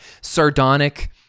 sardonic